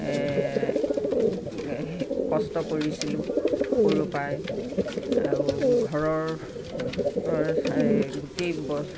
কষ্ট কৰিছিলোঁ সৰু পৰাই আৰু ঘৰৰ গোটেই